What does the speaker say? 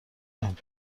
میکنیم